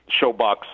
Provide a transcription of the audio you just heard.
showbox